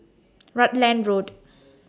Rutland Road